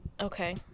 Okay